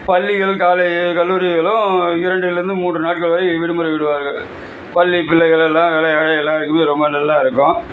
பள்ளிகள் காலை கல்லூரிகளும் இரண்டுலேருந்து மூன்று நாட்கள் வரை விடுமுறை விடுவார்கள் பள்ளி பிள்ளைகளெல்லாம் விளையாட எல்லோருக்குமே ரொம்ப நல்லா இருக்கும்